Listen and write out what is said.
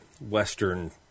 Western